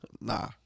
Nah